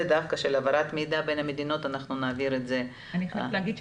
של העברת המידע בין המדינות נעביר בישיבה אחרת.